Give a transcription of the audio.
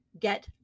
get